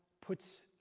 puts